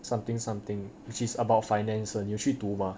something something which is about finance 的你有去读吗